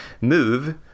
move